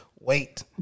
Wait